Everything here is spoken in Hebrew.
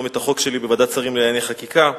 את החוק שלי בוועדת השרים לענייני חקיקה.